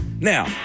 Now